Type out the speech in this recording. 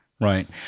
Right